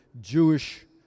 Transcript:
Jewish